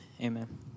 Amen